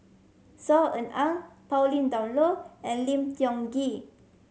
Saw Ean Ang Pauline Dawn Loh and Lim Tiong Ghee